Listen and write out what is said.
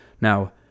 Now